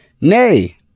Nay